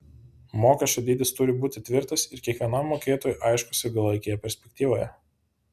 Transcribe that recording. mokesčio dydis turi būti tvirtas ir kiekvienam mokėtojui aiškus ilgalaikėje perspektyvoje